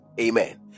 amen